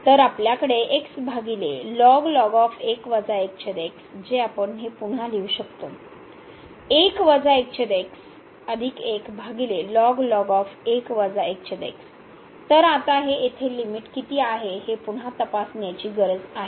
तर आपल्याकडे भागिले जे आपण हे पुन्हा लिहू शकतो तर आता येथे लिमिट किती आहे हे पुन्हा तपासण्याची गरज आहे